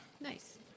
Nice